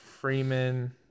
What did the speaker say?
Freeman